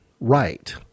right